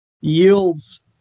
yields